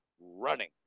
running